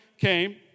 came